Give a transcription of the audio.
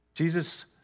Jesus